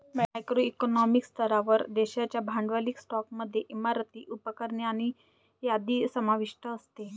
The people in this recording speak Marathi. मॅक्रो इकॉनॉमिक स्तरावर, देशाच्या भांडवली स्टॉकमध्ये इमारती, उपकरणे आणि यादी समाविष्ट असते